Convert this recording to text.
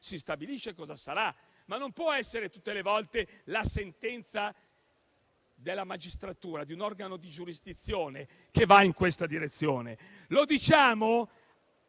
si stabilisce poi cosa sarà; non può essere però tutte le volte la sentenza della magistratura, di un organo di giurisdizione, che va in questa direzione. Lo diciamo